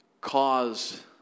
cause